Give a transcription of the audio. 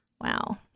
Wow